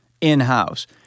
in-house